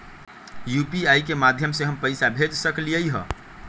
UPI के माध्यम से हम पैसा भेज सकलियै ह?